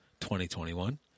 2021